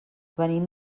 venim